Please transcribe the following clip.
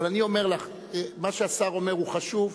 אבל אני אומר לך שמה שהשר אומר הוא חשוב,